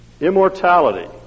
immortality